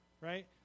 right